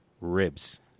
ribs